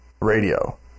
radio